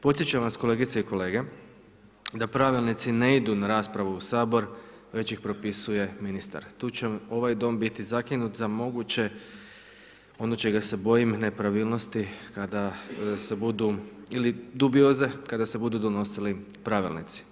Podsjećam vas kolegice i kolege, da pravilnici ne idu na raspravu u Saboru već ih propisuje ministar, tu će ovaj Dom biti zakinut za moguće ono čega se bojim nepravilnosti, kada se budu ili dubioze kada se budu donosili pravilnici.